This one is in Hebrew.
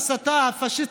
יודעים מי האשם.